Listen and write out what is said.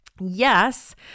Yes